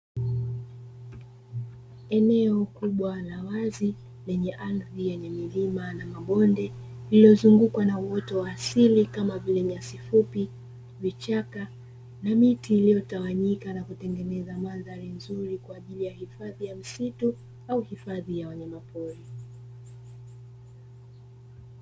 Eneo kubwa la wazi, lenye ardhi yenye milima na mabonde lililozungukwa na uoto wa asili kama vile nyasi fupi, vichaka na miti iliotawanyika na kutengeneza mandhari nzuri kwa ajili ya hifadhi ya misitu au hifadhi ya wanyama pori.